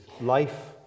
life